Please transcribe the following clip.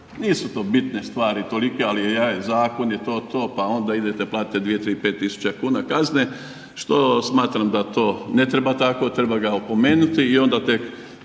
nisu to bitne stvari tolike, ali to je zakon. Pa onda idete platite 2,3, 5.000 kuna kazne što smatram da to ne treba tako. Treba ga opomenuti i onda tek